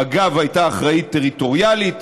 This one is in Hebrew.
מג"ב הייתה אחראית טריטוריאלית,